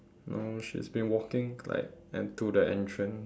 no she's been walking like and to the entrance